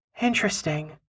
Interesting